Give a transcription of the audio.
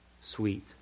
sweet